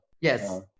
yes